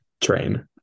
train